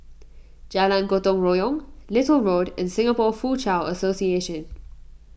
Jalan Gotong Royong Little Road and Singapore Foochow Association